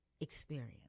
experience